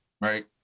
right